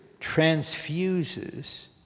transfuses